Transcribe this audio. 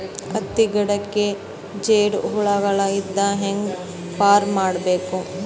ಹತ್ತಿ ಗಿಡಕ್ಕೆ ಜೇಡ ಹುಳಗಳು ಇಂದ ಹ್ಯಾಂಗ್ ಪಾರ್ ಮಾಡಬೇಕು?